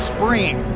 Spring